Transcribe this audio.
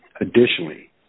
additionally